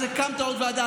אז הקמת עוד ועדה.